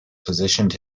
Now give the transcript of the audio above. positioned